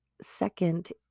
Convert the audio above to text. second